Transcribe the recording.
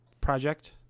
Project